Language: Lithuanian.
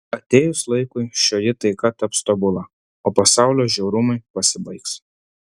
atėjus laikui šioji taika taps tobula o pasaulio žiaurumai pasibaigs